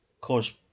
cause